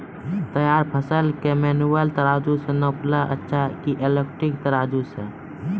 तैयार फसल के मेनुअल तराजु से नापना अच्छा कि इलेक्ट्रॉनिक तराजु से?